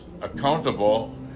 accountable